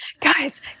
guys